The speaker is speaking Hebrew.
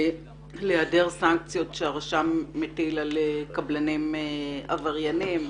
היעדר סנקציות שהרשם מטיל על קבלנים עבריינים,